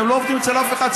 אתם לא עובדים אצל אף אחד,